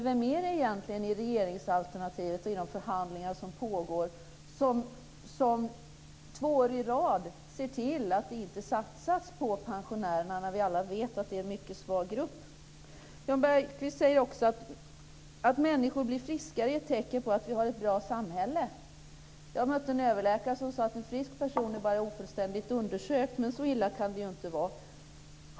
Vem är det egentligen i regeringsalternativet och i de förhandlingar som pågår som två år i rad sett till att det inte satsas på pensionärerna, när vi alla vet att det är en mycket svag grupp? Jan Bergqvist säger också att det faktum att människor blir friskare är ett tecken på att vi har ett bra samhälle. Jag mötte en överläkare som sade att en frisk person bara är ofullständigt undersökt. Så illa kan det ju inte vara.